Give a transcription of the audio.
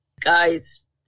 guys